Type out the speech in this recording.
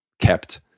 kept